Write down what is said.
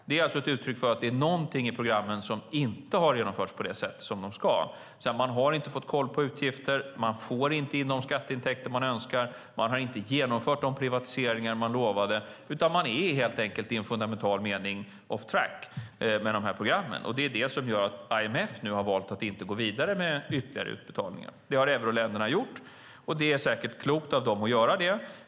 Det är alltså ett uttryck för att det är någonting i programmen som inte har genomförts på det sätt som de ska. Man har inte fått koll på utgifter, man får inte in de skatteintäkter man önskar och man har inte genomfört de privatiseringar man lovade. Man är helt enkelt i en fundamental mening off track med dessa program, och det är det som gör att IMF nu har valt att inte gå vidare med ytterligare utbetalningar. Det har däremot euroländerna gjort, och det är säkert klokt av dem att göra det.